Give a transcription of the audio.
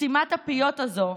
סתימת הפיות הזו,